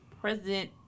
president